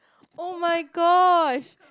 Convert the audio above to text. [oh]-my-gosh